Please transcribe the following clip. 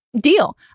deal